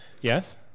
Yes